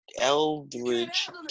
Eldridge